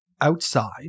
outside